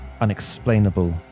unexplainable